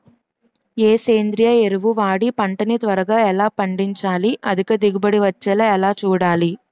ఏ సేంద్రీయ ఎరువు వాడి పంట ని త్వరగా ఎలా పండించాలి? అధిక దిగుబడి వచ్చేలా ఎలా చూడాలి?